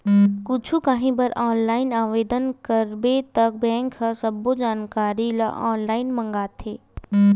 कुछु काही बर ऑनलाईन आवेदन करबे त बेंक ह सब्बो जानकारी ल ऑनलाईन मांगथे